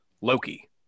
Loki